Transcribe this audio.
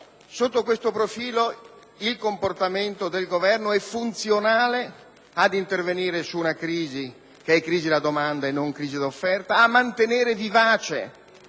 Sotto questo profilo, ancora, il comportamento del Governo è funzionale ad intervenire su una crisi (che è crisi da domanda e non da offerta) e a mantenere vivace,